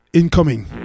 Incoming